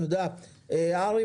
אדוני